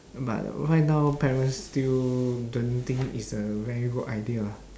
but right now parents still don't think it's a very good idea lah